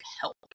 help